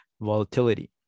volatility